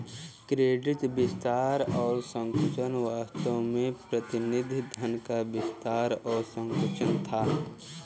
credit विस्तार और संकुचन वास्तव में प्रतिनिधि धन का विस्तार और संकुचन था